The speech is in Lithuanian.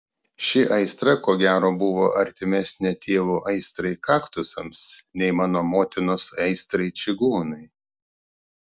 ši aistra ko gero buvo artimesnė tėvo aistrai kaktusams nei mano motinos aistrai čigonui